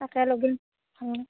তাকে লেগি